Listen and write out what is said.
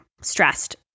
stressed